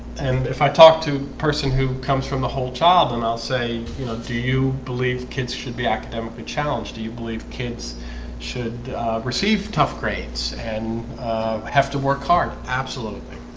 and if i talk to a person who comes from the whole job and i'll say, you know do you believe kids should be academically challenged do you believe kids should receive tough grades and have to work hard. absolutely.